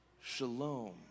shalom